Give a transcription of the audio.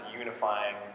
unifying